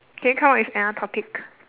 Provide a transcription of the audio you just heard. can you come up with another topic